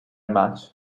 much